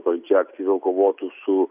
valdžia aktyviau kovotų su